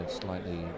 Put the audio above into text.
slightly